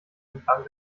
entlang